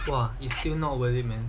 !wah! is still not worthy man